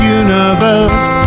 universe